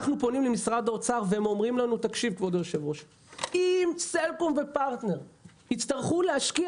אנחנו פונים למשרד האוצר והם אומרים לנו שאם סלקום ופרטנר יצטרכו להשקיע